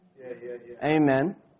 amen